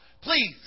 Please